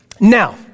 Now